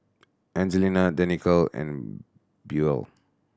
Angelia Danika and Buell